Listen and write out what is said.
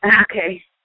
Okay